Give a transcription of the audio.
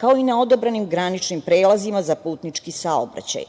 kao i na odabranim graničnim prelazima za putnički saobraćaj.